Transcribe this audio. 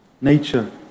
nature